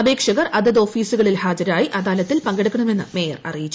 അപേക്ഷകർ അതത് ഓഫീസുകളിൽ ഹാജരായി അദാലത്തിൽ പങ്കെടുക്കണമെന്ന് മേയർ അറിയിച്ചു